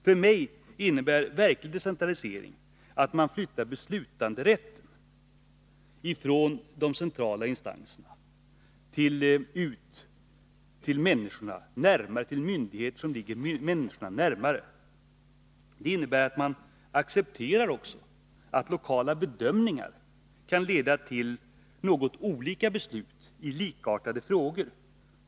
För mig innebär verklig decentralisering att man flyttar beslutanderätten från de centrala instanserna till organisationer och myndigheter som ligger närmare människorna, t.ex. kommunala organ. Det innebär, att man också accepterar att lokala bedömningar kan leda till något olika beslut i likartade frågor.